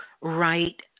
right